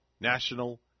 National